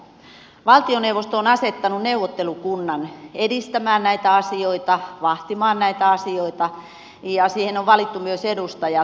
valtioneuvosto on asettanut neuvottelukunnan edistämään näitä asioita vahtimaan näitä asioita ja siihen on valittu myös edustajat